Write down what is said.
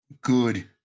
good